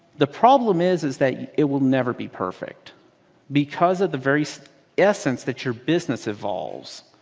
the problem is is that it will never be perfect because of the very essence that your business evolves.